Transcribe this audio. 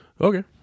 Okay